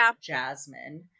Jasmine